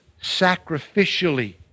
sacrificially